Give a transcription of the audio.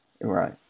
Right